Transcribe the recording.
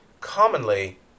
Commonly